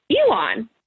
Elon